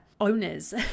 owners